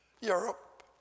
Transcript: Europe